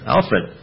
Alfred